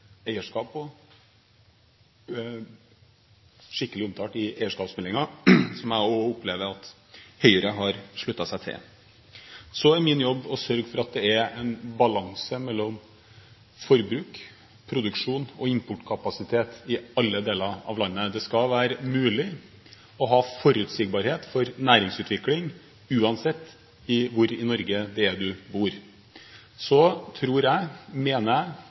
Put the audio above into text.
eierskap på, skikkelig omtalt i eierskapsmeldingen, som jeg opplever at Høyre har sluttet seg til. Det er min jobb å sørge for at det er en balanse mellom forbruk, produksjon og importkapasitet i alle deler av landet. Det skal være mulig å ha forutsigbarhet for næringsutvikling uansett hvor i Norge man bor. Jeg mener – og det vil jeg